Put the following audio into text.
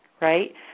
right